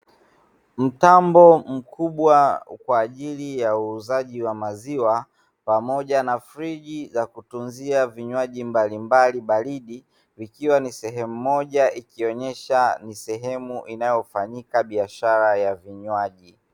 Mtambo mkubwa kwa ajili ya uuzaji wa maziwa pamoja na friji za kutunzia vinywaji mbalimbali baridi vikiwa ni sehemu moja, ikionyesha ni sehemu inayofanyika biashara ya vinywaji.